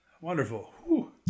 Wonderful